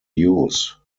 use